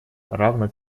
равно